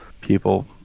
people